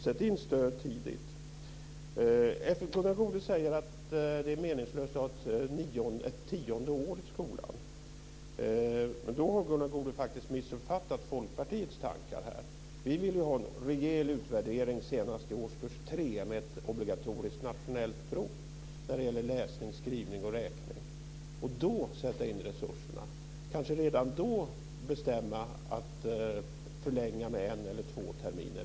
Sätt in en stöt tidigt! Gunnar Goude säger att det är meningslöst att ha ett tionde år i skolan. Men då har Gunnar Goude faktiskt missuppfattat Folkpartiets tankar. Vi vill ha en rejäl utvärdering senast i årskurs 3 med ett obligatoriskt nationellt prov när det gäller läsning, skrivning och räkning och då sätta in resurserna. Kanske kan man redan då bestämma om en förlängning med en eller två terminer.